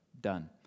Done